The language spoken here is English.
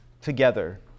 together